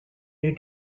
new